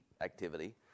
activity